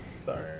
sorry